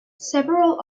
several